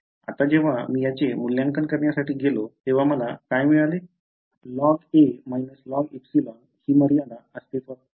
आता जेव्हा मी याचे मूल्यांकन करण्यासाठी गेलो तेव्हा मला काय मिळाले ठीक ही मर्यादा अस्तित्त्वात नाही